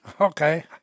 Okay